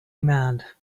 demand